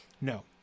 No